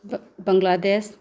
Bangladesh